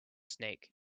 snake